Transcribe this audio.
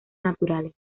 naturales